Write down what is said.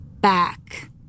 back